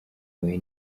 wowe